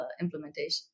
implementation